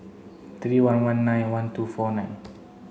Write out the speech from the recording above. three one one nine one two four nine